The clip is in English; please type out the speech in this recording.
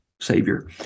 savior